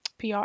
PR